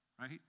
right